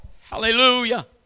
Hallelujah